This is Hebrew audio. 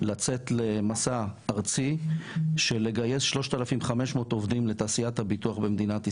לצאת למסע ארצי של לגייס 3,500 עובדים לתעשיית הביטוח במדינת ישראל.